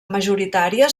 majoritària